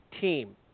team